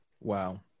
Wow